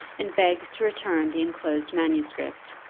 and begs to return the enclosed manuscript,